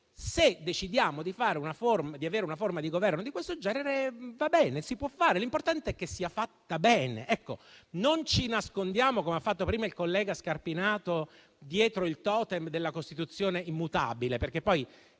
se decidiamo di avere una forma di governo di questo genere va bene, si può fare. L'importante è che sia fatta bene. Non ci nascondiamo - come ha fatto prima il collega Scarpinato - dietro il totem della Costituzione immutabile.